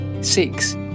Six